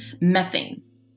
methane